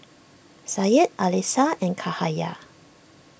Syed Alyssa and Cahaya